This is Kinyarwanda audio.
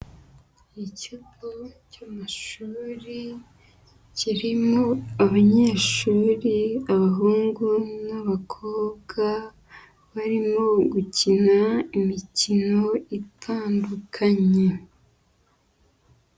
Ikigo cy'amashuri kirimo abanyeshuri, abahungu n'abakobwa barimo gukina imikino itandukanye.